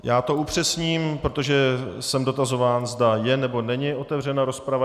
Já to upřesním, protože jsem dotazován, zda je, nebo není otevřená rozprava.